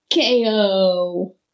KO